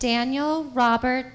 daniel robert